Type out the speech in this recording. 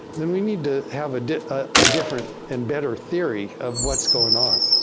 then we need to have a ah different and better theory of what's going on.